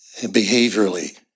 behaviorally